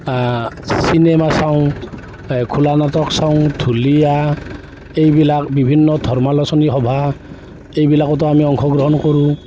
cinema চাওঁ এই খোলা নাটক চাওঁ ঢুলীয়া এইবিলাক বিভিন্ন ধৰ্মালোচনী সভা এইবিলাকতো আমি অংশগ্ৰহণ কৰোঁ